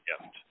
gift